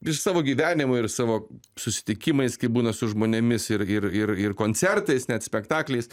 iš savo gyvenimo ir savo susitikimais kai būna su žmonėmis ir ir ir ir koncertais net spektakliais